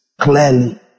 clearly